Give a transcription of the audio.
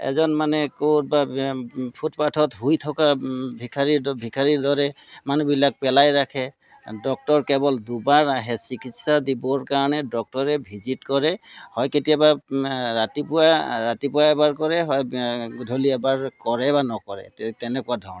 এজন মানে ক'ত বা ফুটপাথত শুই থকা ভিক্ষাৰীৰ দ ভিক্ষাৰীৰ দৰে মানুহবিলাক পেলাই ৰাখে ডক্টৰ কেৱল দুবাৰ আহে চিকিৎসা দিবৰ কাৰণে ডক্টৰে ভিজিট কৰে হয় কেতিয়াবা ৰাতিপুৱা ৰাতিপুৱা এবাৰ কৰে হয় গধূলি এবাৰ কৰে বা নকৰে তে তেনেকুৱা ধৰণৰ